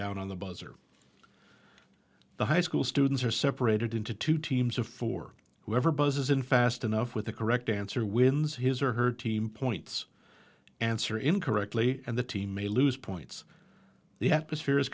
down on the buzzer the high school students are separated into two teams of four whoever buzzes in fast enough with the correct answer wins his or her team points answer incorrectly and the team may lose points the atmosphere